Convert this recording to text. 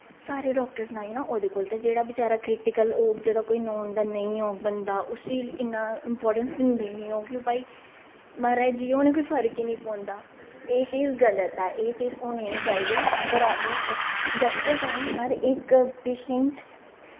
सारे डाक्टर ना ओह्दे कोल ते जेह्ड़ा बचारा क्रिटिकल होग जेह्दा कोई नौन दा नेईं होग बंदा उसी इन्ना इंपार्टैंस दिंदे निं ऐ ओह् कि भाई महाराज जियां उ'नेंगी कोई फर्क गै निं पौंदा एह् चीज़ गल्त ऐ एह् चीज़ होनी निं चाहिदी बराबर डाक्टर ताईं हर इक पेशैंट